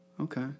Okay